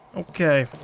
okay.